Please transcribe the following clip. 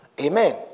Amen